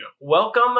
Welcome